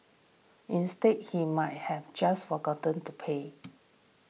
instead he might have just forgotten to pay